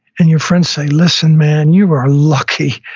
and your friends say, listen, man, you were lucky.